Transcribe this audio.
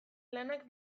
lanak